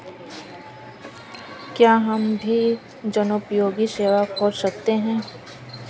क्या हम भी जनोपयोगी सेवा खोल सकते हैं?